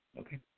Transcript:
Okay